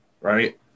right